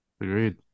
Agreed